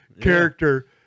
character